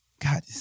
God